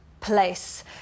place